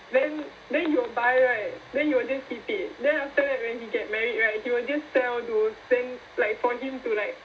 then then you buy right then you will just keep it then after that when he get married right he will just tell do thing like for him to like